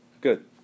Good